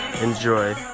enjoy